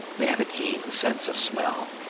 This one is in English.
they have a keen sense of smell,